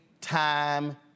time